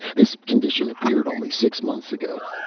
this. condition appeared only six months ago.